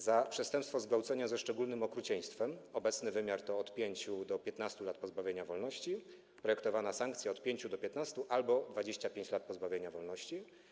Za przestępstwo zgwałcenia ze szczególnym okrucieństwem - obecny wymiar kary to od 5 do 15 lat pozbawienia wolności - projektowana sankcja to od 5 do 15 lat albo 25 lat pozbawienia wolności.